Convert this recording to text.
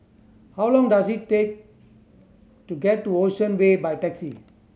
how long does it take to get to Ocean Way by taxi